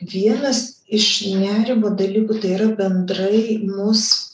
vienas iš nerimo dalykų tai yra bendrai mus